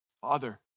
Father